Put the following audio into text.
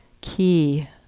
key